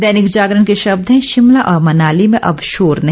दैनिक जागरण के शब्द हैं शिमला और मनाली में अब शोर नहीं